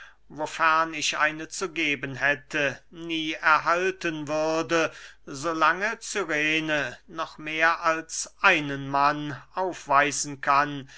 wofern ich eine zu geben hätte nie erhalten würde so lange cyrene noch mehr als einen mann aufweisen kann